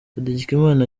hategekimana